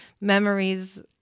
memories